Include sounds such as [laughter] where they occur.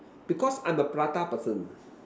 because I'm a prata person [noise]